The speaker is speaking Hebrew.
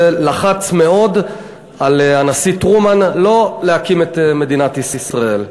ולחץ מאוד על הנשיא טרומן שלא להקים את מדינת ישראל,